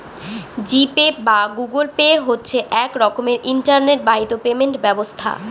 জি Pay বা Google Pay হচ্ছে এক রকমের ইন্টারনেট বাহিত পেমেন্ট ব্যবস্থা